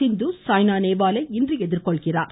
சிந்து சாய்னா நேவாலை எதிர்கொள்கிறார்